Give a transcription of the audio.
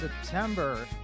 September